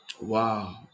wow